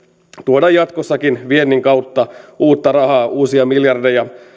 tuoda jatkossakin viennin kautta uutta rahaa uusia miljardeja